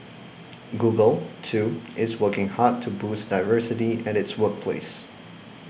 Google too is working hard to boost diversity at its workplace